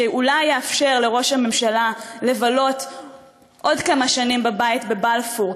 שאולי יאפשר לראש הממשלה לבלות עוד כמה שנים בבית בבלפור,